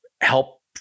help